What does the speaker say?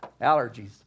allergies